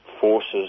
forces